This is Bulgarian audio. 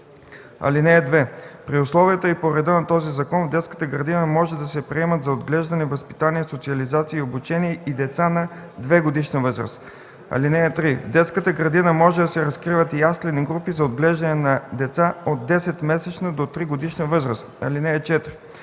(2) При условията и по реда на този закон в детската градина могат да се приемат за отглеждане, възпитание, социализация и обучение и деца на двегодишна възраст. (3) В детската градина може да се разкриват яслени групи за отглеждане на деца от 10-месечна до тригодишна възраст. (4)